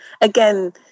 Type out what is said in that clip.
again